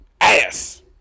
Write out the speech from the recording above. Ass